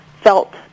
felt